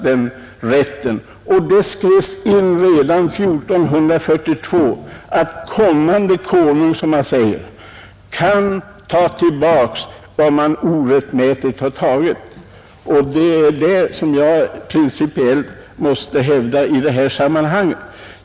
Det skrevs in i lagen redan 1492 att kommande konung — som det uttrycktes — kan ta tillbaka vad man orättmätigt har tagit. Det är det jag principiellt måste hävda i detta sammanhang.